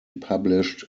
published